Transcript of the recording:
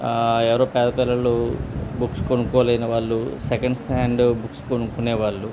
ఎవరో పేద పిల్లలు బుక్స్ కొనుక్కలేని వాళ్ళు సెకండ్ హ్యాండ్ బుక్స్ కొనుక్కునేవాళ్ళు